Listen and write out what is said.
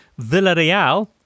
Villarreal